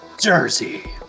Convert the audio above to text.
Jersey